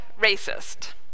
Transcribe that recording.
Racist